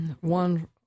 one